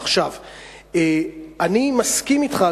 אני מסכים אתך,